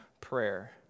prayer